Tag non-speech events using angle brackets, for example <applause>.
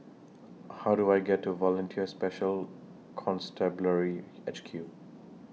<noise> How Do I get to Volunteer Special Constabulary H Q